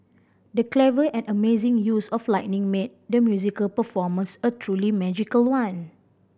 the clever and amazing use of lighting made the musical performance a truly magical one